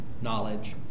knowledge